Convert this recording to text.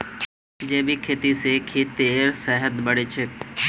जैविक खेती स खेतेर सेहत बढ़छेक